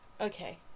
Okay